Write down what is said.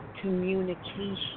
communication